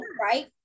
right